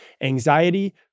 anxiety